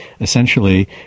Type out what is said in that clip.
essentially